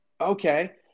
okay